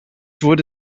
wurde